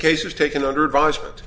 case was taken under advisement